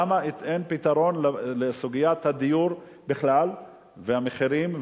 למה אין פתרון לסוגיית הדיור בכלל ולהיצע